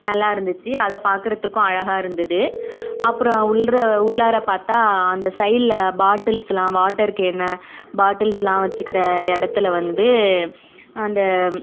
நல்லா இருந்துச்சு அதை பார்க்குறத்துக்கு அழகாக இருந்தது அப்புறம் உள்ர உள்ளாரா பார்த்தா அந்த சைடில் பாட்டில்ஸெலாம் வாட்டர் கேனு பாட்டில்ஸெலாம் வச்சுக்கிற இடத்துல வந்து அந்த